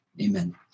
Amen